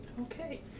Okay